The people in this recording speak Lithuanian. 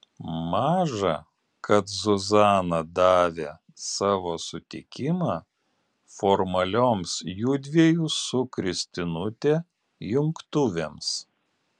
maža kad zuzana davė savo sutikimą formalioms judviejų su kristinute jungtuvėms